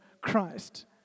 Christ